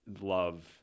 love